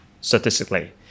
statistically